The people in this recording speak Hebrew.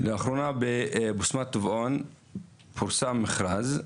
לאחרונה בבסמת טבעון פורסם מכרז,